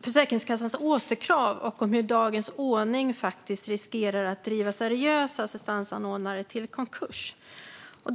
Försäkringskassans återkrav och hur dagens ordning riskerar att driva seriösa assistansanordnare till konkurs.